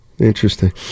Interesting